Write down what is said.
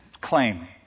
claim